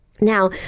Now